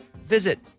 visit